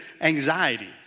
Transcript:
anxiety